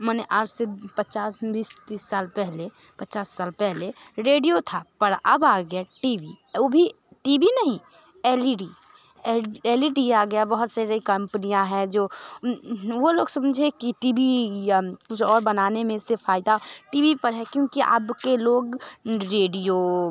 मने आज से पचास बीस तीस साल पहले पचास साल पहले रेडियो था पर अब आ गया टी वी वह भी टी वी नहीं L E D L L E D आ गया बहुत से यह कम्पनियाँ हैं जो वह लोग समझे कि टी बी या कुछ और बनाने में इससे फ़ायदा टी वी पर है क्योंकि अब के लोग रेडियो